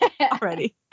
already